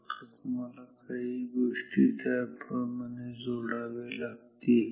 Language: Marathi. फक्त तुम्हाला काही गोष्टी त्याप्रमाणे जोडाव्या लागतील